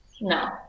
no